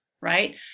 right